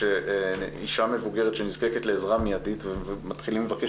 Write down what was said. שאישה מבוגרת נזקקת לעזרה מיידית ומתחילים לבקש